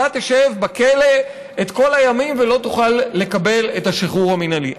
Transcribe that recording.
אתה תשב בכלא את כל הימים ולא תוכל לקבל את השחרור המינהלי.